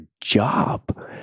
job